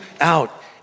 out